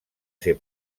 ser